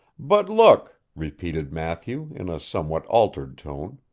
but look repeated matthew, in a somewhat altered tone.